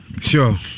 sure